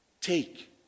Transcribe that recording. Take